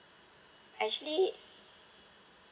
actually